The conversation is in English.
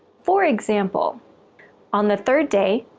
for example on the third day,